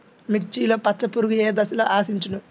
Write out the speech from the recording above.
మిర్చిలో పచ్చ పురుగు ఏ దశలో ఆశించును?